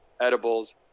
edibles